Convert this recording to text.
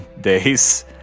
days